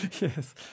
Yes